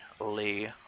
Lee